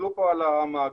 תסתכלו על המעגל,